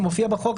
זה מופיע בחוק,